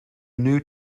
new